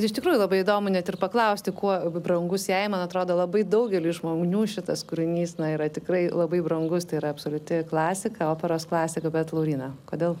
iš tikrųjų labai įdomu net ir paklausti kuo brangus jai man atrodo labai daugeliui žmonių šitas kūrinys yra tikrai labai brangus tai yra absoliuti klasika operos klasika bet lauryna kodėl